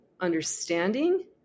understanding